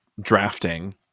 drafting